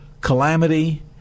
calamity